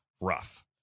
Rough